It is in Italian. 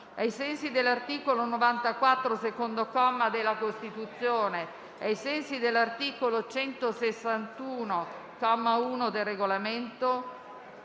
Ai sensi dell'articolo 94, secondo comma, della Costituzione e ai sensi dell'articolo 161, comma 1, del Regolamento,